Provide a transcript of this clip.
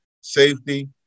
safety